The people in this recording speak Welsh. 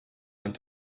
ond